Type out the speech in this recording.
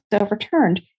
overturned